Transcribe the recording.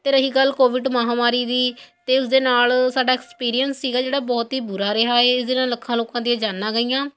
ਅਤੇ ਰਹੀ ਗੱਲ ਕੋਵਿਡ ਮਹਾਂਮਾਰੀ ਦੀ ਤਾਂ ਉਸ ਦੇ ਨਾਲ ਸਾਡਾ ਐਕਸਪੀਰੀਐਂਸ ਸੀਗਾ ਜਿਹੜਾ ਬਹੁਤ ਹੀ ਬੁਰਾ ਰਿਹਾ ਏ ਇਸ ਦੇ ਨਾਲ ਲੱਖਾਂ ਲੋਕਾਂ ਦੀਆਂ ਜਾਨਾਂ ਗਈਆਂ